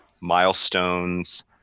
milestones